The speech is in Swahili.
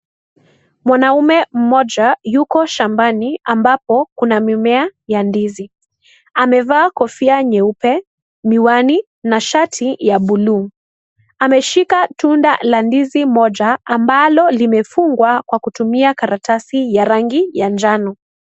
Mwanaume mmoja yuko shambani ambapo kuna mimea ya ndizi. Amevaa kofia nyeupe, miwani na shati ya buluu. Ameshika tunda la ndizi moja ambalo limefungwa kwa kutumia karatasi ya rangi ya njano.